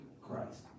christ